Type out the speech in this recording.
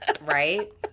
Right